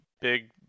big